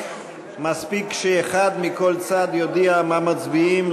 מספיק שאחד מכל צד יודיע מה מצביעים,